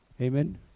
Amen